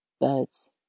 birds